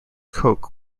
coke